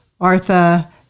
Artha